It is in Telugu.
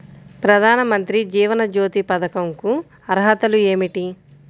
ప్రధాన మంత్రి జీవన జ్యోతి పథకంకు అర్హతలు ఏమిటి?